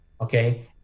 okay